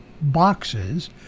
boxes